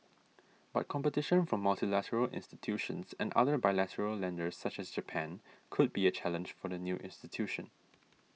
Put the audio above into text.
but competition from multilateral institutions and other bilateral lenders such as Japan could be a challenge for the new institution